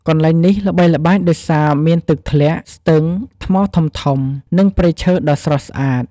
កន្លែងនេះល្បីល្បាញដោយសារមានទឹកធ្លាក់ ស្ទឹង ថ្មធំៗ និងព្រៃឈើដ៏ស្រស់ស្អាត។